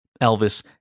Elvis